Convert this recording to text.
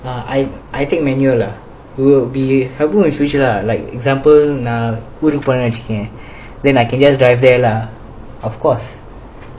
I take manual lah will be helpful in future lah like example நான் ஊருக்கு பொறேன்னு வெச்சுக்கொயெ:nan ooruku poraenu vechukiyo then I can just drive there lah of course